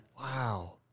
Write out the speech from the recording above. Wow